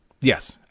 Yes